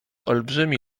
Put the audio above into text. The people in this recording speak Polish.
olbrzymi